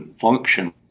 function